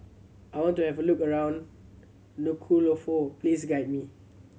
I want to have a look around Nuku'alofa please guide me